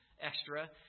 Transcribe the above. Extra